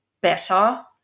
better